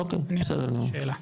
אוקי, בסדר גמור,